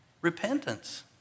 repentance